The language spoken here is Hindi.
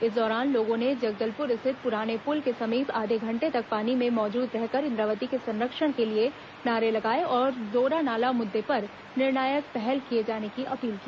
इस दौरान लोगों ने जगदलपुर स्थित पुराने पुल के समीप आधे घंटे तक पानी में मौजूद रहकर इंद्रावती के संरक्षण के लिए नारे लगाए और जोरा नाला मुद्दे पर निर्णायक पहल किए जाने की अपील की